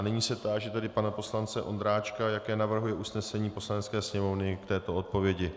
Nyní se táži tedy pana poslance Ondráčka, jaké navrhuje usnesení Poslanecké sněmovny k této odpovědi.